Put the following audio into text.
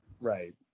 right